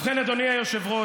ובכן, אדוני היושב-ראש,